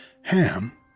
Ham